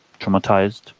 traumatized